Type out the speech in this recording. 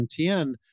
MTN